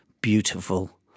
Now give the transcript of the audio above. beautiful